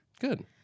Good